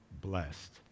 blessed